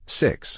six